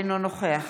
אינו נוכח